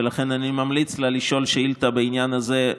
ולכן אני ממליץ לה לשאול שאילתה בעניין הזה,